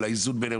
על האיזון ביניהם,